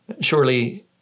surely